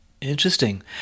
Interesting